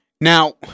now